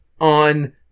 on